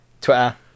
Twitter